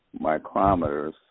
micrometers